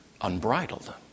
unbridled